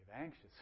anxious